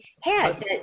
head